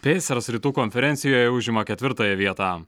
peiser rytų konferencijoje užima ketvirtąją vietą